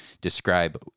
describe